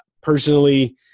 personally